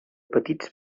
petits